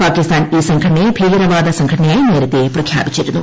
പാകിസ്ഥാൻ ഈ സംഘടനയെ ഭീകരവാദ സംഘടനയായി നേരത്തെ പ്രഖ്യാപിച്ചിരുന്നു